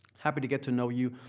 happy to get to know you.